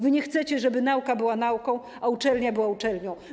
Wy nie chcecie, żeby nauka była nauką, a uczelnia była uczelnią.